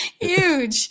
huge